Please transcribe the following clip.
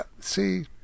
see